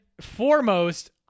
foremost